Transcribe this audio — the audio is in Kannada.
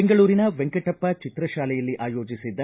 ಬೆಂಗಳೂರಿನ ವೆಂಕಟಪ್ಪ ಚಿತ್ರ ಶಾಲೆಯಲ್ಲಿ ಆಯೋಜಿಸಿದ್ದ